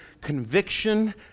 conviction